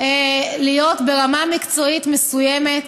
להיות בסוף ברמה מקצועית מסוימת.